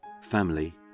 family